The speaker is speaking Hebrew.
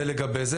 זה לגבי זה.